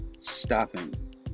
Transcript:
stopping